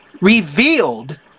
revealed